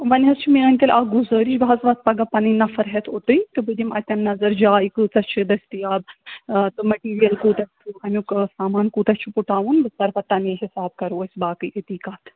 وۄنۍ حَظ چھِ میٛٲنۍ تیٚلہِ اَکھ گُزٲرِش بہٕ حَظ وسہٕ پگاہ پنٕنۍ نفر ہٮ۪تھ اوٚتُے تہٕ بہِٕ دِمہٕ اَتٮ۪ن نظر جاے کۭژاہ چھِ دٔستِیاب تہٕ آ مِٹیٖریل کوٗتاہ چھُ امیُک سامان کوٗتاہ چھُ پُٹاوُن بہٕ کَرٕ پَتہٕ تَمی حِسابہٕ کَرو أسۍ باقٕے أتی کَتھ